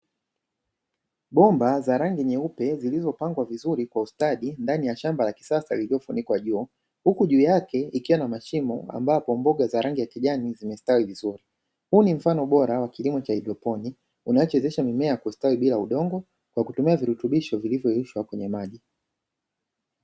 Bomba za rangi nyeupe zilizopangwa vizuri kwa ustadi ndani ya shamba la kisasa lililofunikwa juu, huku juu yake ikiwa na mashimo ambapo mboga za rangi ya kijani zimestawi vizuri. Huu ni mfano bora wa kilimo cha haidroponi unawachezesha mimea kustawi bila udongo kwa kutumia virutubisho vilivyoyeyushwa kwenye maji.